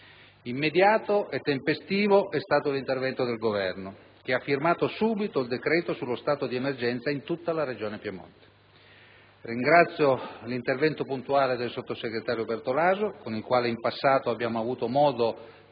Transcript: Immediato e tempestivo è stato l'intervento del Governo che ha firmato subito il decreto sullo stato di emergenza in tutta la Regione Piemonte. Ringrazio l'intervento puntuale del sottosegretario Bertolaso con il quale in passato abbiamo avuto modo di